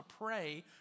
pray